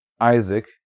Isaac